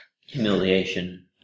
Humiliation